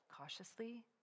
cautiously